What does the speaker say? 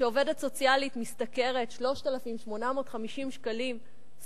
כשעובדת סוציאלית משתכרת 3,850 שקלים,